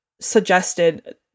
suggested